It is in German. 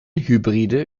hybride